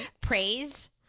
Praise